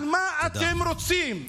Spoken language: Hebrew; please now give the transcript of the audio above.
על מה אתם רוצים?